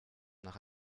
nach